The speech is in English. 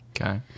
Okay